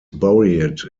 buried